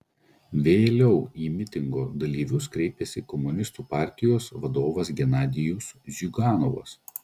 vėliau į mitingo dalyvius kreipėsi komunistų partijos vadovas genadijus ziuganovas